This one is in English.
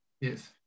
Yes